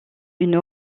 une